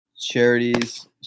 charities